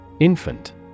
Infant